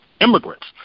immigrants